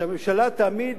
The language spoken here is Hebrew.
שהממשלה תעמיד